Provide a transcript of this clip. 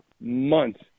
months